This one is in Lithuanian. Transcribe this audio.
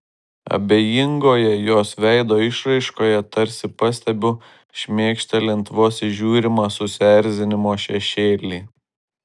abejingoje jos veido išraiškoje tarsi pastebiu šmėkštelint vos įžiūrimą susierzinimo šešėlį